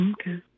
Okay